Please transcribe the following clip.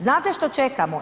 Znate što čekamo?